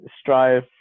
strive